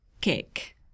cake